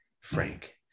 Frank